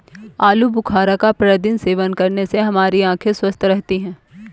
आलू बुखारा का प्रतिदिन सेवन करने से हमारी आंखें स्वस्थ रहती है